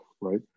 right